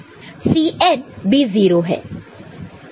Cn भी 0 है